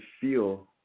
feel